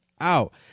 out